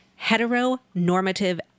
heteronormative